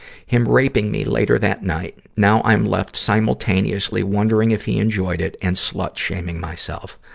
him raping me later that night. now i'm left simultaneously wondering if he enjoyed it and slut-shaming myself.